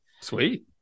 sweet